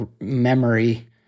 memory